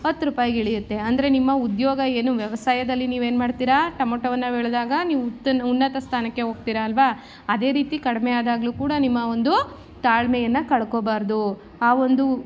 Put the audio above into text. ಹತ್ತು ರೂಪಾಯಿಗೆ ಇಳಿಯುತ್ತೆ ಅಂದರೆ ನಿಮ್ಮ ಉದ್ಯೋಗ ಏನು ವ್ಯವಸಾಯದಲ್ಲಿ ನೀವು ಏನು ಮಾಡ್ತೀರಿ ಟಮೊಟೋವನ್ನು ಬೆಳೆದಾಗ ನೀವು ಉನ್ನತ ಉನ್ನತ ಸ್ಥಾನಕ್ಕೆ ಹೋಗ್ತೀರಿ ಅಲ್ವ ಅದೇ ರೀತಿ ಕಡಿಮೆ ಆದಾಗಲೂ ಕೂಡ ನಿಮ್ಮ ಒಂದು ತಾಳ್ಮೆಯನ್ನು ಕಳ್ಕೊಬಾರದು ಆ ಒಂದು